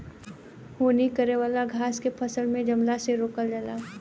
हानि करे वाला घास के फसल में जमला से रोकल जाला